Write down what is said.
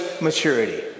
maturity